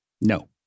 No